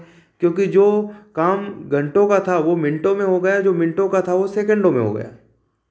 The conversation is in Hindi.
क्योंकि जो काम घंटो का था वह मिंटो में हो गया जो मिंटो का था वह सेकेंडो में हो गया